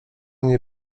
nie